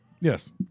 yes